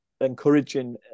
encouraging